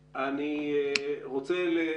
תודה.